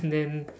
then